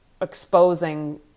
exposing